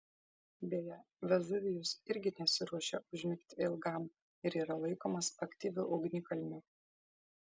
beje vezuvijus irgi nesiruošia užmigti ilgam ir yra laikomas aktyviu ugnikalniu